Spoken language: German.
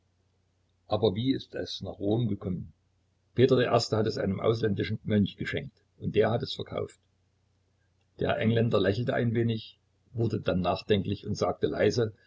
aber wie ist es nach rom gekommen peter der erste hat es einem ausländischen mönch geschenkt und der hat es verkauft der engländer lächelte ein wenig wurde dann nachdenklich und sagte leise